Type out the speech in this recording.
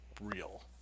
real